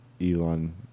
Elon